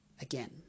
again